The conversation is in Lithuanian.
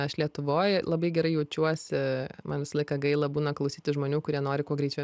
aš lietuvoj labai gerai jaučiuosi man visą laiką gaila būna klausyti žmonių kurie nori kuo greičiau